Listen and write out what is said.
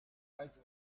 ice